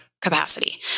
capacity